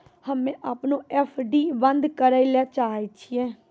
हम्मे अपनो एफ.डी बन्द करै ले चाहै छियै